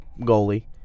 goalie